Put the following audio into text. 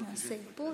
עושים פוס.